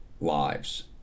lives